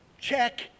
check